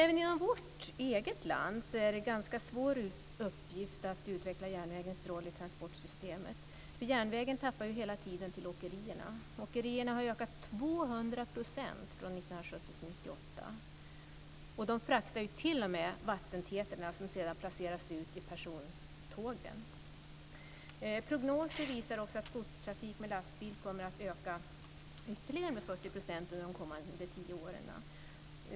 Även inom vårt eget land är det en ganska svår uppgift att utveckla järnvägens roll i transportsystemet. Järnvägen tappar hela tiden till åkerierna. Åkerierna har ökat med 200 % från 1970 till 1998. De fraktar t.o.m. vattentetrorna som sedan placeras ut i persontågen. Prognoser visar att godstrafiken med lastbil kommer att öka med ytterligare 40 % under de kommande tio åren.